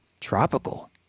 tropical